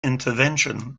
intervention